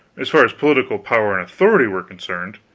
as far as political power and authority were concerned,